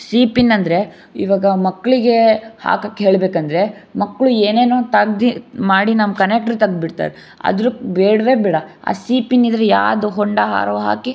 C pin ಅಂದರೆ ಇವಾಗ ಮಕ್ಕಳಿಗೆ ಹಾಕೋಕೆ ಹೇಳಬೇಕಂದ್ರೆ ಮಕ್ಕಳು ಏನೇನೊ ತೆಗ್ದು ಮಾಡಿ ನಮ್ಮ ಕನೆಕ್ಟ್ರು ತೆಗೆದ್ಬಿಡ್ತಾರೆ ಆದರೂ ಬೇಡವೇ ಬೇಡ ಆ ಸಿ ಪಿನ್ ಇದ್ದರೆ ಯಾವ್ದು ಹೊಂಡ ಹಾರೋ ಹಾಕಿ